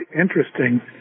interesting